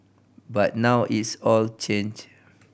but now it's all changed